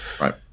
right